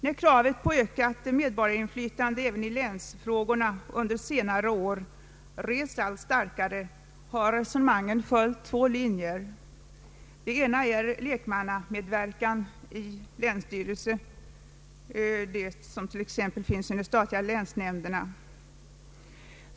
När kravet på ökat medborgarinflytande även på länsfrågorna under senare år rests allt starkare har resonemangen följt två linjer. Den ena gäller lekmannamedverkan i länsstyrelsen, t.ex. såsom i de statliga länsnämnderna.